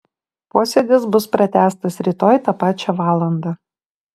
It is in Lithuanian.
posėdis bus pratęstas rytoj tą pačią valandą